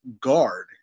guard